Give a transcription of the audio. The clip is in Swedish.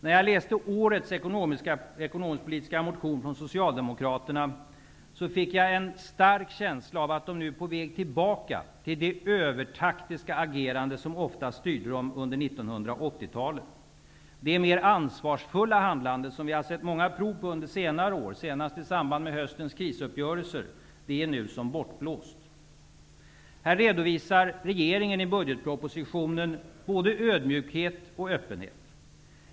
När jag läste årets ekonomisk-politiska motion från Socialdemokraterna fick jag en stark känsla av att de nu är på väg tillbaka till det övertaktiska agerande som ofta styrde dem under 1980-talet. Det mer ansvarsfulla handlande som vi har sett prov på under senare år, senast i samband med höstens krisuppgörelser, är nu som bortblåst. Här redovisar regeringen i budgetpropositionen både ödmjukhet och öppenhet.